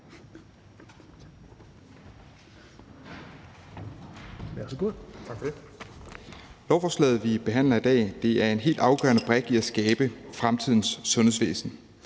Lovforslaget, vi behandler i dag, er en helt afgørende brik i at skabe fremtidens sundhedsvæsen